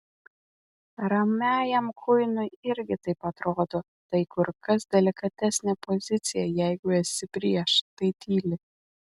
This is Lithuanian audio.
ramiajam kuinui irgi taip atrodo tai kur kas delikatesnė pozicija jeigu esi prieš tai tyli